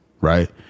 right